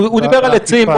הוא דיבר על עצים,